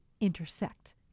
intersect